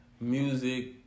music